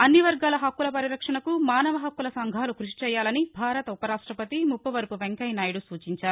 అన్ని వర్గాల హక్కుల పరిరక్షణకు మానవ హక్కుల సంఘాలు క్పషి చేయాలని భారత ఉపరాష్టపతి ముప్పవరపు వెంకయ్య నాయుడు సూచించారు